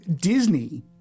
Disney